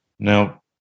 Now